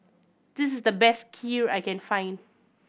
this is the best Kheer I can find